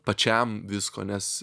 pačiam visko nes